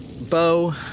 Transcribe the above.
bow